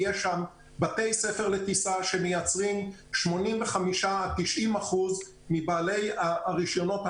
יש שם בתי ספר לטיסה שמייצרים 85 עד 90 אחוזים מבעלי הרישיונות החדשים.